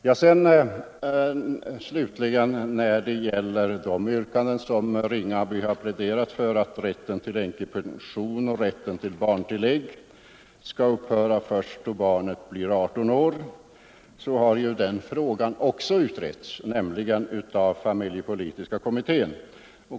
När det slutligen gäller de yrkanden som herr Ringaby har pläderat för — att rätten till änkepension och rätten till barntillägg skall upphöra först då barnet blivit 18 år — vill jag anföra att också den frågan har utretts, nämligen av familjepolitiska kommittén.